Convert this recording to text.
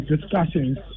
discussions